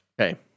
Okay